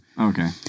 Okay